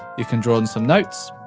you can draw in some notes.